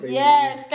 yes